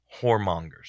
whoremongers